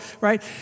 right